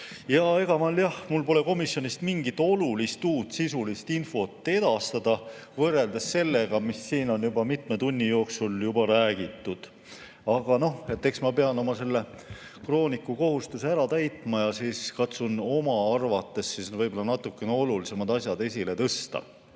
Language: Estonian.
Ega mul jah pole komisjonist mingit olulist uut sisulist infot edastada võrreldes sellega, mis siin on juba mitme tunni jooksul räägitud. Aga eks ma pean oma kroonikukohustust täitma ja katsun oma arvates võib-olla natukene olulisemad asjad esile tõsta.